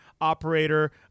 operator